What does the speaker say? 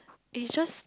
it is just